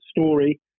story